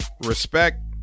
Respect